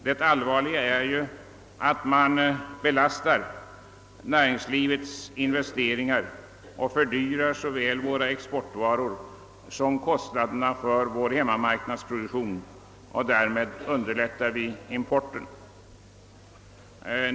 Det allvarliga är ju att man också belastar näringslivets investeringar och såväl fördyrar våra exportvaror som ökar kostnaderna för vår hemmamaknadsproduktion och därmed underlättar import.